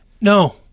No